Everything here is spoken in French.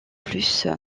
plus